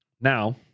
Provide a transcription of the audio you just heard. Now